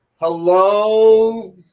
Hello